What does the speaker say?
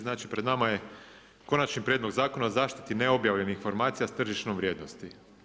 Znači pred nama je Konačni prijedlog zakona o zaštiti neobjavljenih informacija s tržišnom vrijednosti.